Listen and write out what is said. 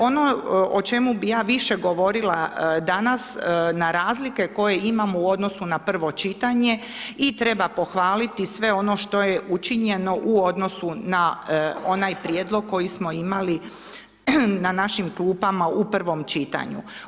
Ono o čemu bi ja više govorila danas na razlike koje imamo u odnosu na prvo čitanje i treba pohvaliti sve ono što je učinjeno u odnosu na onaj prijedlog koji smo imali na našim klupama u prvom čitanju.